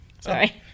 Sorry